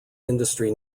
industry